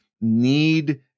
need